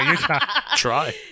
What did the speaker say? Try